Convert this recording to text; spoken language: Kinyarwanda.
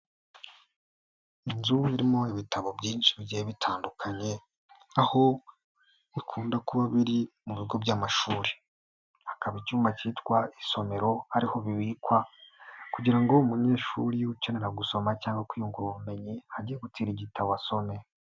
Inzu irimo ibitabo byinshi bigiye bitandukanye, aho bikunda kuba biri mu bigo by'amashuri, hakaba icyumba cyitwa isomero, ariho bibikwa kugira ngo umunyeshuri ukenera gusoma cyangwa kwiyungura ubumenyi, ajye gutira igitabo asome.